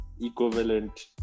equivalent